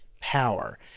power